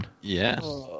Yes